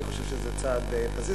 אני חושב שזה צעד פזיז,